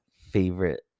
favorite